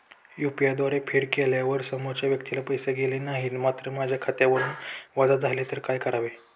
UPI द्वारे फेड केल्यावर समोरच्या व्यक्तीला पैसे गेले नाहीत मात्र माझ्या खात्यावरून वजा झाले तर काय करावे?